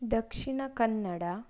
Dakshina Kannada